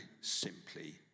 simply